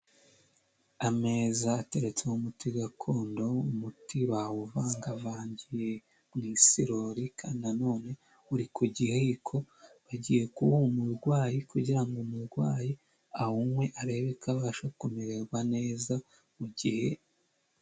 Ameza ateretse umuti gakondo, umuti bawuvangavangiye mu isirori kandi nanone uri ku giheko bagiye kuwuha umurwayi kugira ngo umurwayi awunywe arebe ko abasha kumererwa neza mu gihe